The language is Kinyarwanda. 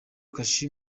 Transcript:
kashe